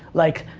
like,